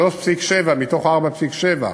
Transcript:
של 3.7 מתוך ה-4.7,